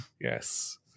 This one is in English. Yes